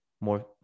more